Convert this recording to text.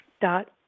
dot